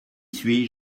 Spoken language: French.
suis